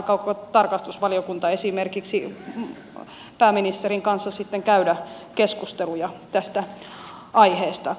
aikooko tarkastusvaliokunta esimerkiksi pääministerin kanssa sitten käydä keskusteluja tästä aiheesta